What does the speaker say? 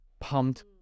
pumped